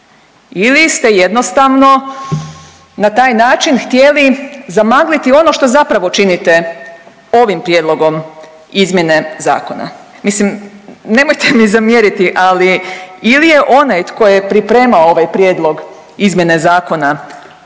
Ili ste jednostavno na taj način htjeli zamagliti ono što zapravo činite ovim prijedlogom izmjene zakona. Mislim nemojte mi zamjeriti ali ili je onaj tko je pripremao ovaj prijedlog izmjene zakona